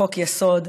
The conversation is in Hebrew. בחוק-יסוד,